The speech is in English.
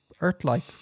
Earth-like